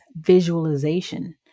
visualization